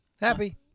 Happy